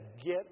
get